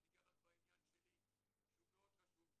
אני אגע רק בעניין שלי, שהוא מאוד חשוב,